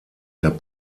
der